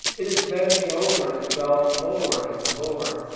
it is bending over itself lower and lower.